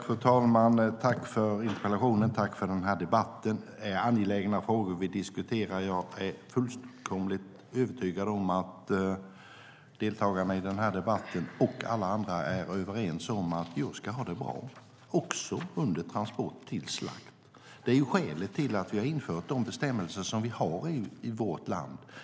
Fru talman! Jag tackar för interpellationen och debatten. Det är angelägna frågor vi diskuterar. Jag är fullkomligt övertygad om att deltagarna i den här debatten och alla andra är överens om att djur ska ha det bra, också under transport till slakt. Det är skälet till att vi har infört de bestämmelser som vi har i vårt land.